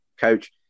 coach